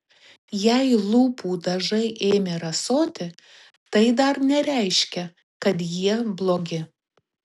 jei lūpų dažai ėmė rasoti tai dar nereiškia kad jie blogi